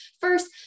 first